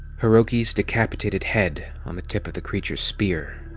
hiroki's decapitated head on the tip of the creature's spear,